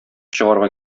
чыгарга